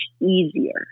easier